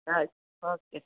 ಆಯಿತು ಓಕೆ